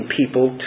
people